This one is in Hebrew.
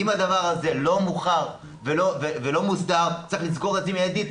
אם הדבר הזה לא מוכח ולא מוסדר צריך לסגור את מיידית,